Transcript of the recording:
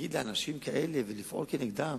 להגיד על אנשים כאלה ולפעול כנגדם